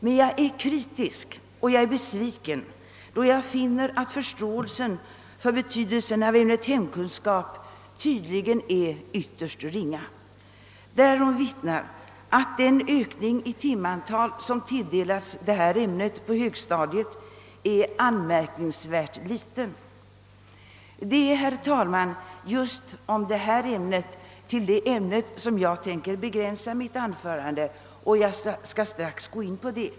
Men jag är kritisk och besviken, då jag finner att förståelsen för betydelsen av ämnet hemkunskap tydligen är ytterst ringa. Därom vittnar att den ökning i timantal som tilldelats detta ämne på högstadiet är anmärkningsvärt liten. Det är, herr talman, just till detta ämne jag tänker begränsa mitt anförande, och jag skall strax gå in på det.